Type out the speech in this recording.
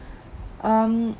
um